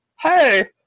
hey